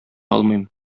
алмыйм